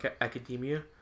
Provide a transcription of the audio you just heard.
Academia